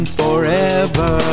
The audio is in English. forever